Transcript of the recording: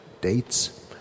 Dates